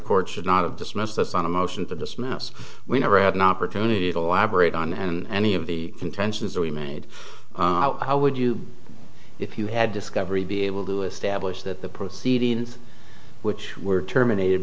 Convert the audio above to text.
court should not have dismissed this on a motion to dismiss we never had an opportunity to lab rate on and any of the contentions that we made how would you if you had discovery be able to establish that the proceedings which were terminated